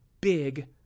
big